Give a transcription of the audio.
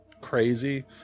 crazy